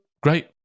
Great